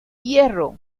hierro